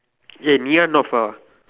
eh Ngee-Ann not far